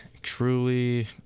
truly